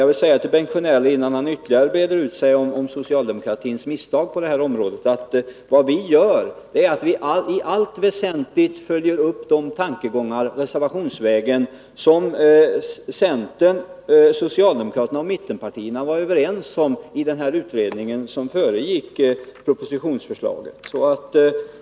Jag vill till Bengt Sjönell — innan han ytterligare breder ut sig om socialdemokratins misstag på detta område — säga att vad vi gör är att vi i allt väsentligt följer upp de tankegångar reservationsvägen som socialdemokraterna och mittenpartierna var överens om i den utredning som föregick propositionsförslaget.